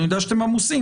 אני יודע שאתם עמוסים,